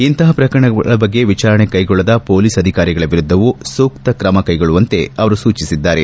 ಇಂತಹ ಪ್ರಕರಣಗಳ ಬಗ್ಗೆ ವಿಚಾರಣೆ ಕೈಗೊಳ್ಳದ ಮೊಲೀಸ್ ಅಧಿಕಾರಿಗಳ ವಿರುದ್ಲವೂ ಸೂಕ್ತ ಕ್ರಮ ಕೈಗೊಳ್ಳುವಂತೆ ಸೂಚಿಸಿದ್ದಾರೆ